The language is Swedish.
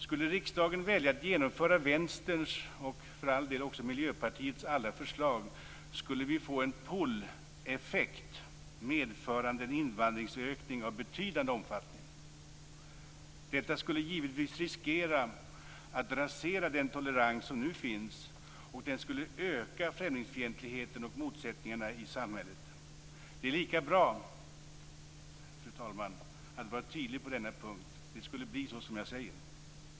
Skulle riskdagen välja att genomföra Vänsterns och för all del också Miljöpartiets alla förslag skulle vi få en pull-effekt, medförande en invandringsökning av betydande omfattning. Detta skulle givetvis riskera att rasera den tolerans som nu finns, och främlingsfientligheten och motsättningarna i samhället skulle öka. Det är lika bra, fru talman, att vara tydlig på denna punkt. Det skulle bli så som jag säger.